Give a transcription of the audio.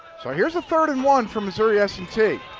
so here's a third and one for missouri s and t.